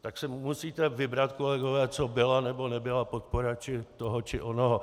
Tak si musíte vybrat, kolegové, co byla nebo nebyla podpora toho či onoho.